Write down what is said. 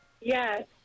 Yes